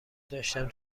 داشتم